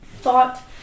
thought